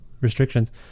restrictions